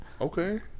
Okay